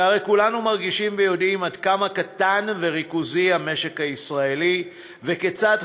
שהרי כולנו מרגישים ויודעים עד כמה קטן וריכוזי המשק הישראלי וכיצד